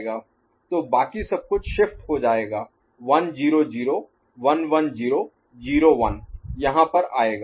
तो बाकी सब कुछ शिफ्ट हो जाएगा 1 0 0 1 1 0 0 1 यहाँ पर आएगा